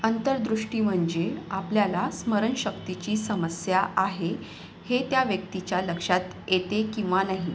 अंतर्दृष्टी म्हणजे आपल्याला स्मरणशक्तीची समस्या आहे हे त्या व्यक्तीच्या लक्षात येते किंवा नाही